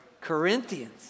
Corinthians